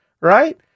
right